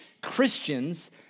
Christians